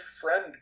friend